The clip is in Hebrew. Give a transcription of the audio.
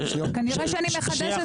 כנראה שאני מחדשת לך.